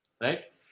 Right